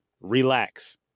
Relax